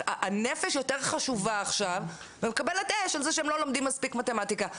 הנפש יותר חשובה עכשיו ומקבלת אש על זה שהם לא לומדים מספיק מתמטיקה.